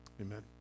amen